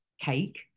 cake